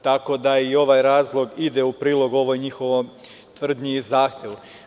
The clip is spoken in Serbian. Tako da i ovaj razlog ide u prilog ovoj njihovoj tvrdnji i zahtevu.